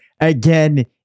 again